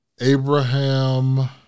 Abraham